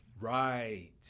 right